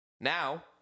Now